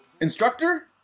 instructor